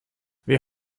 wir